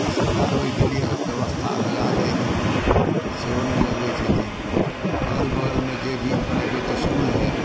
तऽ सरकार ओइके लिए व्यवस्था लगा दैत तऽ सेहो नहि लगबै छथिन अगल बगलमे जे भी प्राइवेट इसकूल हइ